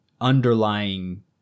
underlying